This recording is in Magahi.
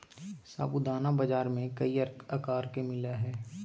साबूदाना बाजार में कई आकार में मिला हइ